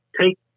take